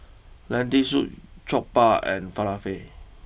Lentil Soup Jokbal and Falafel